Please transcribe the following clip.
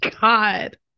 God